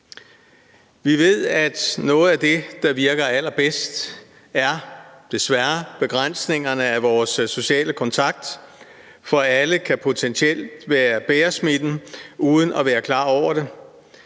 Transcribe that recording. Vi ved, at noget af det, der virker allerbedst – desværre – er begrænsningerne af vores sociale kontakt, for alle kan potentielt være bærere af smitten uden at være klar over det.